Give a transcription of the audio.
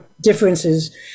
differences